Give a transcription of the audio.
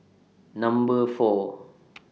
Number four